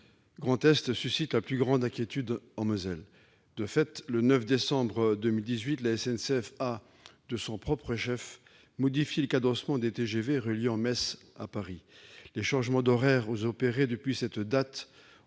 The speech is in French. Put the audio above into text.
Grand Est suscite la plus grande inquiétude en Moselle. De fait, le 9 décembre 2018, la SNCF a, de son propre chef, modifié le cadencement des TGV reliant Metz à Paris. Les changements d'horaires opérés depuis cette date ont, effectivement,